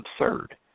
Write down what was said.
absurd